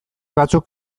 batzuk